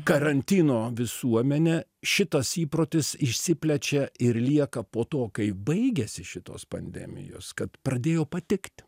karantino visuomenę šitas įprotis išsiplečia ir lieka po to kai baigiasi šitos pandemijos kad pradėjo patikt